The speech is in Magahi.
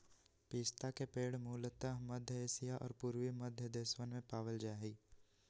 पिस्ता के पेड़ मूलतः मध्य एशिया और पूर्वी मध्य देशवन में पावल जा हई